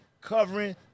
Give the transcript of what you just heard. covering